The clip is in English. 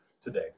today